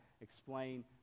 explain